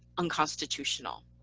unconstitutional.